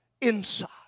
inside